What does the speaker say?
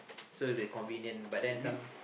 so it'll be convenient but then some